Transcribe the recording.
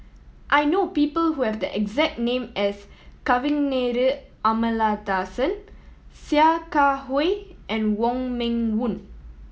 I know people who have the exact name as Kavignareru Amallathasan Sia Kah Hui and Wong Meng Voon